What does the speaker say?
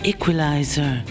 Equalizer